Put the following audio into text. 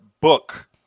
book